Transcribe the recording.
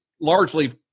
largely